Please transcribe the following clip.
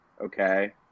okay